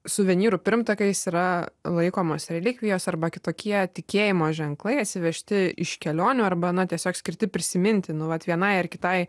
suvenyrų pirmtakais yra laikomos relikvijos arba kitokie tikėjimo ženklai atsivežti iš kelionių arba na tiesiog skirti prisiminti nu vat vienai ar kitai